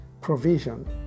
Provision